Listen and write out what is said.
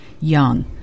young